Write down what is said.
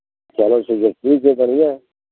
चलो फिर जब ठीक है बढ़ियाँ है